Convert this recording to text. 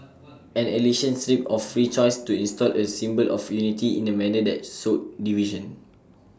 an election stripped of free choice to install A symbol of unity in A manner that sowed division